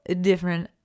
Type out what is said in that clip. different